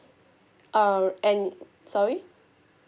err and sorry